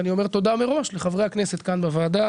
ואני אומר תודה מראש לחברי הכנסת כאן בוועדה